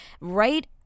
Right